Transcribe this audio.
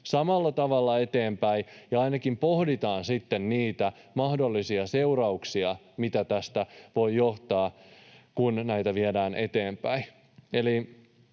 samalla tavalla eteenpäin ja ainakin pohditaan sitten niitä mahdollisia seurauksia, mitä tästä voi johtua, kun näitä viedään eteenpäin.